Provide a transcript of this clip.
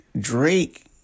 Drake